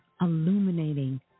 illuminating